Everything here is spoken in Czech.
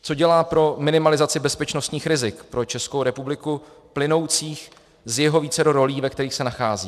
Co dělá pro minimalizaci bezpečnostních rizik pro Českou republiku plynoucích z jeho vícero rolí, ve kterých se nachází?